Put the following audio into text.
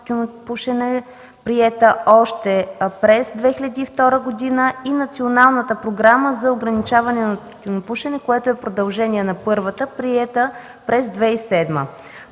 тютюнопушенето, приета още през 2002 г., и Националната програма за ограничаване на тютюнопушенето – продължение на първата, приета през 2007 г.